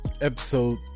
episode